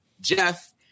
Jeff